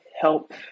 help